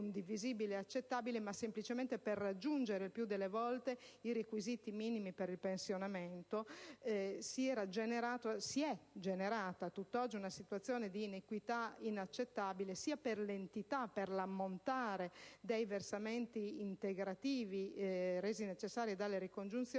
condivisibile e accettabile), ma semplicemente per raggiungere, il più delle volte, i requisiti minimi per il pensionamento - si è generata, a tutt'oggi, una situazione di iniquità inaccettabile, sia per l'entità e l'ammontare dei versamenti integrativi, resi necessari dalle ricongiunzioni,